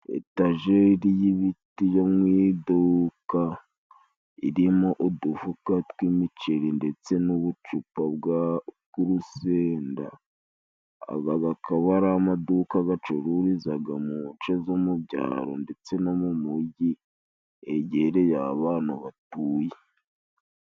Etajeri y'ibiti yo mu iduka irimo udufuka tw'imiceri ndetse n'ubucupa bw'urusenda, aga gakaba ari amaduka gacururizaga mu nce zo mu byaro ndetse no mu mijyi, hegereye aho abantu batuye.